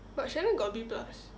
but shannon got B plus